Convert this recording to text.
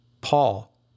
Paul